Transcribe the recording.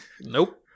Nope